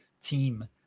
team